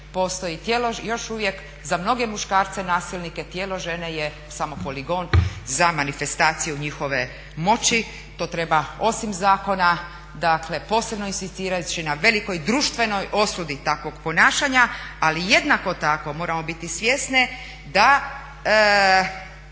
postoji za mnoge muškarce nasilnike tijelo žene je samo poligon za manifestaciju njihove moći. To treba osim zakona posebno inzistirajući na velikoj društvenoj osudi takvog ponašanja, ali jednako tako moramo biti svjesne da